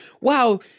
wow